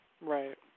Right